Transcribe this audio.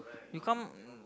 become